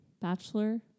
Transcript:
bachelor